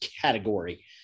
category